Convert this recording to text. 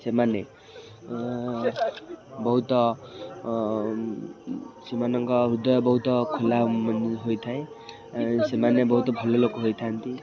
ସେମାନେ ବହୁତ ସେମାନଙ୍କ ହୃଦୟ ବହୁତ ଖୋଲା ହୋଇଥାଏ ସେମାନେ ବହୁତ ଭଲ ଲୋକ ହୋଇଥାନ୍ତି